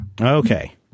Okay